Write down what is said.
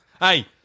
Hey